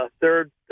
third